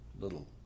little